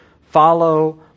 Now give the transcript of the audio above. follow